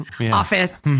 office